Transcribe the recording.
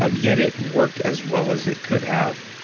um yet it worked as well as it could have.